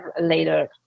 later